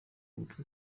umutwe